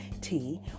tea